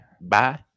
Bye